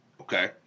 Okay